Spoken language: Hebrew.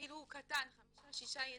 אפילו קטן, חמישה-שישה ילדים,